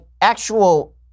actual